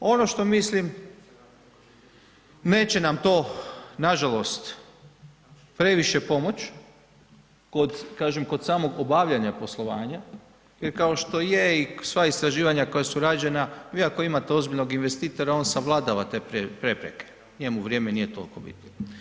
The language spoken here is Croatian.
Ono što mislim neće nam to, nažalost, previše pomoć, kod, kažem, kod samog obavljanja poslovanja, jer kao što i je i sva istraživanja koja su rađena, vi ako imate ozbiljnog investitora, on savladava te prepreke, njemu vrijeme nije toliko bitno.